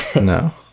No